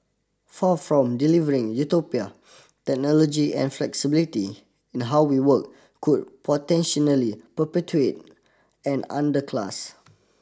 far from delivering utopia technology and flexibility in how we work could perpetuate an underclass